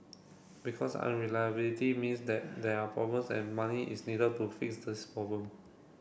because unreliability means that there are problems and money is needed to fix these problem